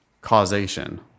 causation